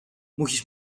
musisz